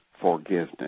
forgiveness